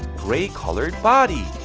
grey color body!